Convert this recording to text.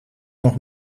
noch